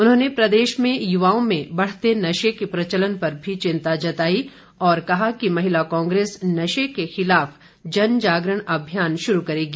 उन्होंने प्रदेश में युवाओं में बढ़ते नशे के प्रचलन पर भी चिंता जताई और कहा कि महिला कांग्रेस नशे के खिलाफ जनजागरण अभियान शुरू करेगी